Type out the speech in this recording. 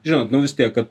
žinot nu vis tiek